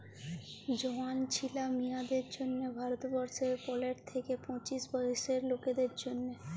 জয়াল ছিলা মিঁয়াদের জ্যনহে ভারতবর্ষলে পলের থ্যাইকে পঁচিশ বয়েসের লকদের জ্যনহে